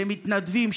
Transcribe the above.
שהם מתנדבים,